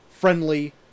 friendly